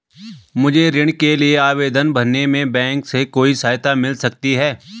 मुझे ऋण के लिए आवेदन भरने में बैंक से कोई सहायता मिल सकती है?